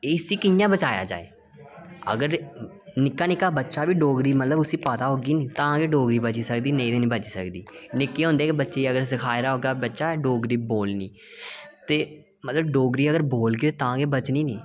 एह् इसी कि'यां बचाया जाए अगर निक्का निक्का बच्चा बी उसी डोगरी पता होगी नी ते तां गै डोगरी बची सकदी निं तां निं बची सकदी ते निक्के होंदे गै अगर बच्चे गी सखाए दा होगा की नेईं बच्चा डोगरी बोलनी तो डोगरी अगर बोलगे तां गै बचनी नी